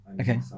Okay